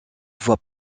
voie